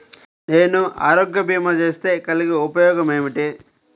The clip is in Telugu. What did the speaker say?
నేను ఆరోగ్య భీమా చేస్తే కలిగే ఉపయోగమేమిటీ?